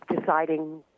deciding